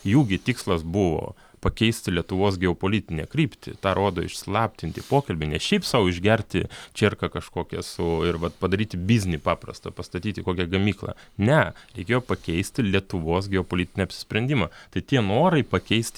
jų gi tikslas buvo pakeisti lietuvos geopolitinę kryptį tą rodo išslaptinti pokalbiai ne šiaip sau išgerti čierką kažkokią su ir vat padaryti biznį paprastą pastatyti kokią gamyklą ne reikėjo pakeisti lietuvos geopolitinį apsisprendimą tai tie norai pakeist